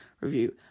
review